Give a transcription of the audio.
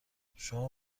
شما